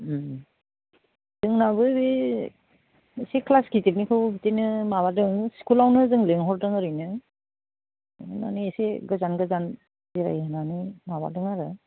जोंनाबो बे एसे क्लास गिदिरनिखौ बिदिनो माबादों स्कुलावनो जों लिंहरदों ओरैनो लिंहरनानै एसे गोजान गोजान जिरायहोनानै माबादों आरो